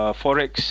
forex